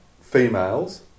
females